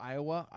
Iowa